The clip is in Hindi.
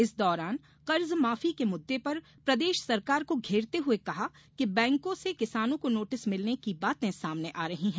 इस दौरान कर्जमाफी के मुददे पर प्रदेश सरकार को घेरते हुए कहा कि बैंको से किसानों को नोटिस मिलने की बाते सामने आ रही है